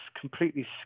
completely